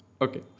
Okay